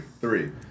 Three